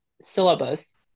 syllabus